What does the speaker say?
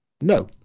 No